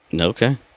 Okay